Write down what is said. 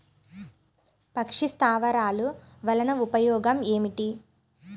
పక్షి స్థావరాలు వలన ఉపయోగం ఏమిటి?